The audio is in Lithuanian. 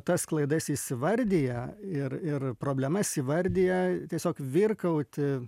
tas klaidas įsivardiję ir ir problemas įvardiję tiesiog virkauti